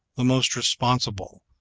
the most responsible,